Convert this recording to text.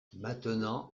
maintenant